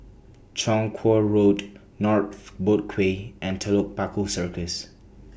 Chong Kuo Road North Boat Quay and Telok Paku Circus